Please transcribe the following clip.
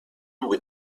with